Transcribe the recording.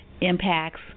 impacts